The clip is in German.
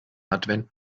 advent